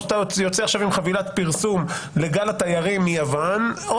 או שאתה יוצא עם חבילת פרסום לגל התיירים מיוון או